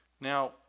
Now